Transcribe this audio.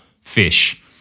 fish